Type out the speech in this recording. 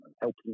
helping